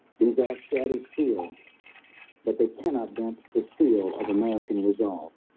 these act shatters feel but they cannot dent the steel of american resolve